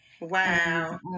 Wow